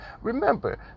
Remember